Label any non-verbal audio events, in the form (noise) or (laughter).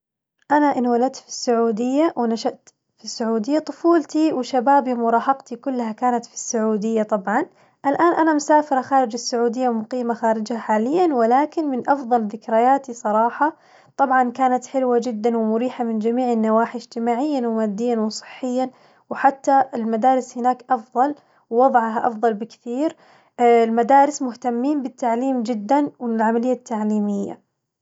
أنا انولدت في السعودية ونشأت في السعودي، طفولتي وشبابي ومراهقتي كلها كانت في السعودية طبعاً، الآن أنا مسافرة خارج السعودية ومقيمة خارجها حالياً ولكن من أفظل ذكرياتي صراحة، طبعاً كانت حلوة جداً ومريحة من جميع النواحي اجتماعياً ومادياً وصحياً، وحتى المدارس هناك أفظل ووضعها أفظل بكثير (hesitation) المدارس مهتمين بالتعليم جداً والعملية التعليمية.